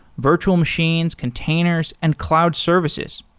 virtual machines, containers and cloud services.